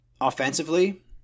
Offensively